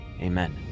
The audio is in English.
Amen